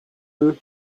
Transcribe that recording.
eux